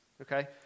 okay